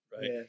right